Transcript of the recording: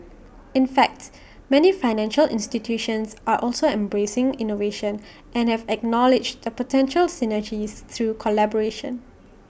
in fact many financial institutions are also embracing innovation and have acknowledged the potential synergies through collaboration